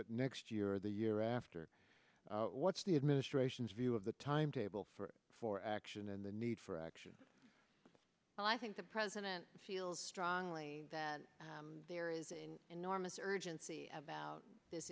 it next year or the year after what's the administration's view of the timetable for for action and the need for action and i think the president feels strongly that there is enormous urgency about this